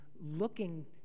looking